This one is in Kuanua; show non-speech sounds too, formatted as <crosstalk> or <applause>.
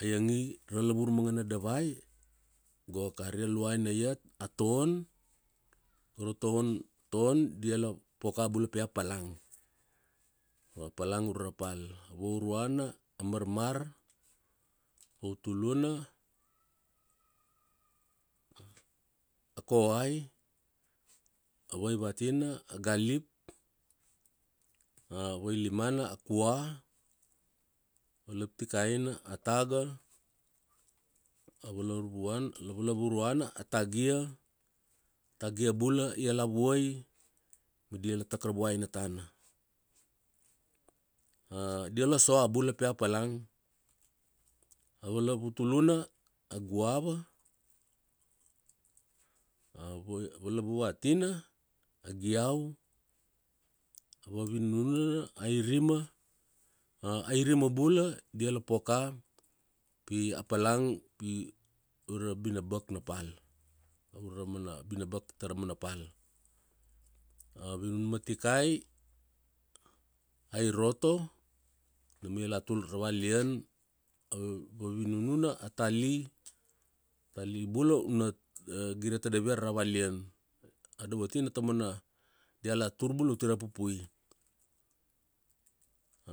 A iangi ra lavur mangana davai, go kari a luaina iat a ton. Go ra ton, ton dia la poka bula pi a palang. A palang ure ra pal. Vauruana a marmar, vautuluna a koai, a vaivatina, a galip, vailimana a koa, valaptikaina a taga, a valavuruana a tagia. A tagia bula ila vuai ma diala tak ra vuaina tana. <hesitation> Diala soa bula pi a palang. <hesitation> A valavulutuna, a guava, a valavuvatina a giau, a vavinuna airima, airima bula diala poka pi a palang pi ure binabak na pal. Ure ra mana binabak tara mana pal. A vinun ma tikai, airoto, nam i la tur ra valian, a vavinuna a tali, tali bula una gire tadavia ara ra valian. A dovatina tamana diala tur bula ti ra pupui.